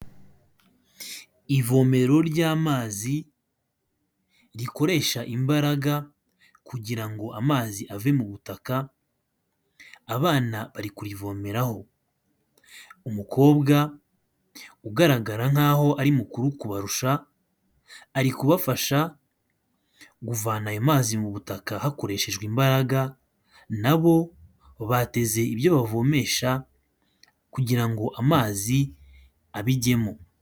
Ivomero ry'amazi rikoresha imbaraga kugira ngo amazi ave mu butaka, abana bari kurivomeraho, umukobwa ugaragara nk'aho ari mukuru kubarusha, arikubafasha kuvana ayo mazi mu butaka hakoreshejwe imbaraga, na bo bateze ibyo bavomesha kugira ngo amazi abijyemo.